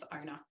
owner